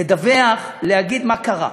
לדווח, להגיד מה קרה: